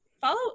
Follow